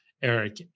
Eric